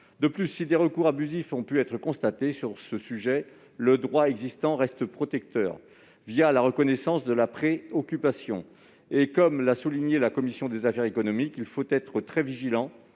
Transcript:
En outre, si des recours abusifs ont pu être constatés sur ce sujet, le droit existant reste protecteur, la reconnaissance de la pré-occupation. Comme l'a souligné la commission des affaires économiques, il convient d'être très vigilant